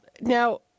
Now